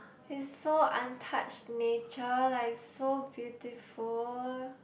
it's so untouched nature like so beautiful